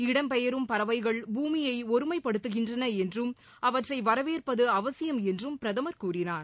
இடம்பெயரும் பறவைகள் பூமியைஒருமைப்படுத்துகின்றனஎன்றும் அவற்றைவரவேற்பதுஅவசியம் என்றும் பிரதமர் கூறினார்